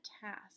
task